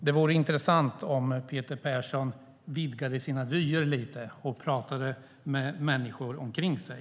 Det vore intressant om Peter Persson vidgade sina vyer lite och pratade med människor runt omkring sig.